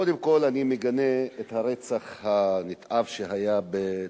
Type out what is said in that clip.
קודם כול אני מגנה את הרצח הנתעב שהיה בצרפת.